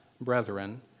brethren